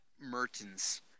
Mertens